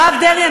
הרב דרעי,